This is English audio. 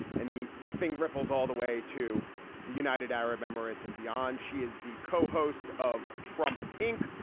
and the this thing ripples all the way to the united arab emirates and beyond. she is the co-host of trump inc.